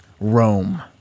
Rome